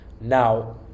now